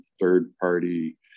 third-party